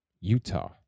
Utah